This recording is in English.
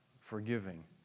forgiving